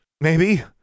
Maybe